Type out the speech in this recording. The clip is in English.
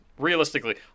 Realistically